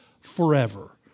forever